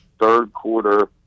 third-quarter